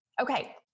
Okay